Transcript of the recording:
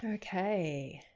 ah okay.